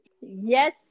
Yes